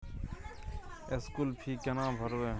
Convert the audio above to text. School fee केना भरबै?